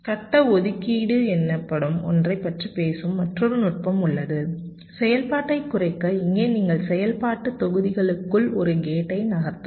கட்ட ஒதுக்கீட்டு எனப்படும் ஒன்றைப் பற்றி பேசும் மற்றொரு நுட்பம் உள்ளது செயல்பாட்டைக் குறைக்க இங்கே நீங்கள் செயல்பாட்டுத் தொகுதிகளுக்குள் ஒரு கேட்டை நகர்த்தலாம்